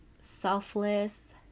selfless